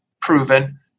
proven